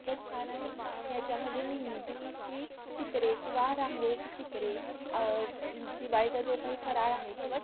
खूपच छान आहे याच्यामध्ये मेहेंदीची चित्रे किंवा रांगोळीची चित्रे दिवाळीचा जो काही फराळ आहे किंवा